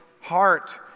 heart